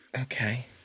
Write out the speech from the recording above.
Okay